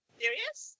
serious